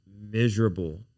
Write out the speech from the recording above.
miserable